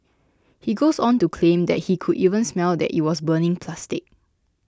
he goes on to claim that he could even smell that it was burning plastic